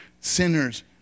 sinners